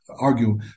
argue